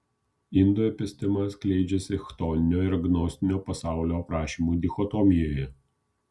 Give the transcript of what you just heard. indų epistema skleidžiasi chtoninio ir gnostinio pasaulio aprašymų dichotomijoje